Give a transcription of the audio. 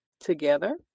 together